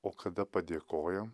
o kada padėkojam